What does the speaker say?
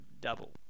double